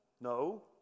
No